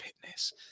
fitness